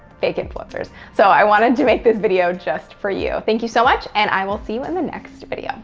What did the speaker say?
fake influencers. so, i wanted to make this video just for you. thank you so much, and i will see you in the next video.